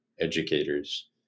educators